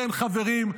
כן, חברים,